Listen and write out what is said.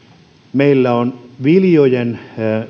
meillä on viljojen